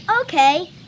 Okay